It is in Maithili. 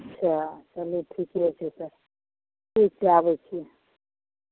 अच्छा चलू ठिके छै तऽ ठीक छै आबै छी